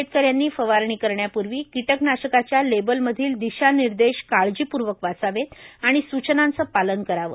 शेतकऱ्यांनी फवारणी करण्यापूर्वी किटकनाशकाच्या लेबलमधील दिशा निर्देश काळजी पूर्वक वाचावेत आणि सूचनांचे पालन करावे